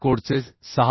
कोडचे 6